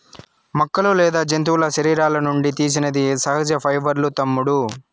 మొక్కలు లేదా జంతువుల శరీరాల నుండి తీసినది సహజ పైబర్లూ తమ్ముడూ